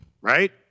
Right